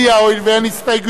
הואיל ואין הסתייגויות,